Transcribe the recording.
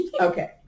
Okay